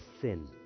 sin